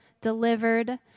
delivered